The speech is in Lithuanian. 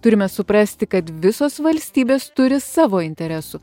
turime suprasti kad visos valstybės turi savo interesų